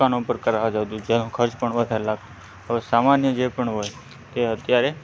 દુકાનો પર કરાવવામાં જતું હતું જેનો ખર્ચ પણ વધારે લાગતો હવે સામાન્ય જે પણ હોય તે અત્યારે